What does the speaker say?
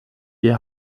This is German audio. ihr